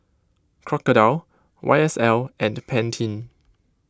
Crocodile Y S L and Pantene